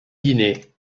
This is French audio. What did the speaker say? guinée